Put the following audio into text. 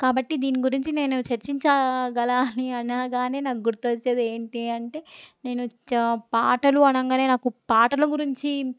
కాబట్టి దీని గురించి నేను చర్చించగల అని అనగానే నాకు గుర్తు వచ్చేది ఏంటి అంటే నేను చ పాటలు అనగానే నాకు పాటలు గురించి